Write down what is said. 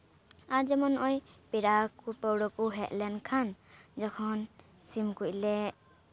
ᱟᱨ ᱡᱮᱢᱚᱱ ᱱᱚᱜᱼᱚᱭ ᱯᱮᱲᱟ ᱠᱚ ᱯᱟᱹᱦᱲᱟᱹ ᱠᱚ ᱦᱮᱡ ᱞᱮᱱᱠᱷᱟᱱ ᱡᱚᱠᱷᱚᱱ ᱥᱤᱢ ᱠᱚᱡ ᱞᱮ